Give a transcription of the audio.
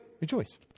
rejoice